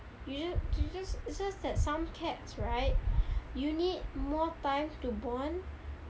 you just it's just that some cats right you need more time to bond